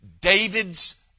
David's